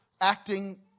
acting